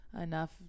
enough